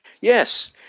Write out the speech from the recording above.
Yes